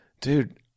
dude